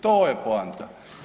To je poanta.